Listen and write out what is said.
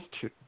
two